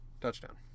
Touchdown